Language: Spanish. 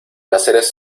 láseres